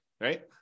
right